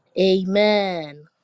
Amen